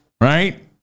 right